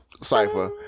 cipher